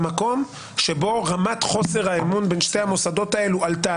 במקום בו רמת חוסר האמון בין שני המוסדות האלה עלתה,